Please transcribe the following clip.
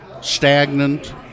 stagnant